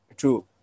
true